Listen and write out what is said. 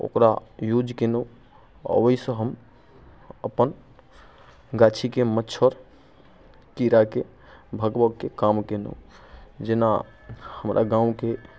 ओकरा यूज केलहुँ आओर ओइसँ हम अपन गाछीके मच्छर कीड़ाके भगबऽके काम केलहुँ जेना हमरा गाँवके